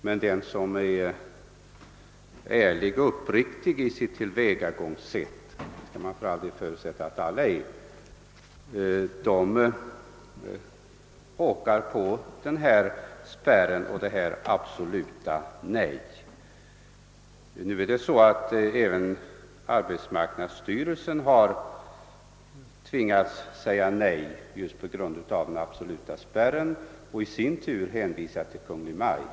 Men den som är ärlig och uppriktig i sitt tillvägagångssätt — det skall man väl förutsätta att de flesta är — råkar på denna spärr. Även arbetsmarknadsstyrelsen har tvingats vägra att ge tillstånd just på grund av den absoluta spärren och hänvisar i sin tur till Kungl. Maj:t.